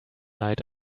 night